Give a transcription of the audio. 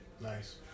Nice